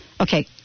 Okay